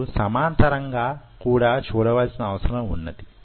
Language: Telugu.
మీరు సమాంతరంగా కూడా చూడవలసిన అవసరం వున్నది